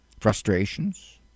frustrations